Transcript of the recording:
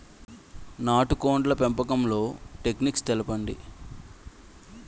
నాటుకోడ్ల పెంపకంలో టెక్నిక్స్ తెలుపండి?